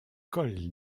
col